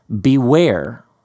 beware